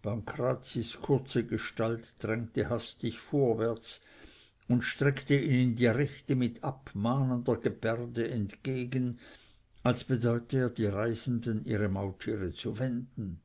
pancrazis kurze gestalt drängte hastig vorwärts und streckte ihnen die rechte mit abmahnender gebärde entgegen als bedeute er die reisenden ihre maultiere zu wenden